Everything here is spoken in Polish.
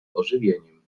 ożywieniem